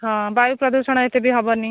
ହଁ ବାୟୁ ପ୍ରଦୂଷଣ ଏତେ ବି ହେବନି